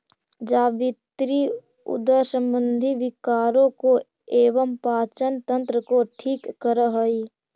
जावित्री उदर संबंधी विकारों को एवं पाचन तंत्र को ठीक करअ हई